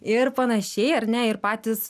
ir panašiai ar ne ir patys